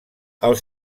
els